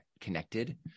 connected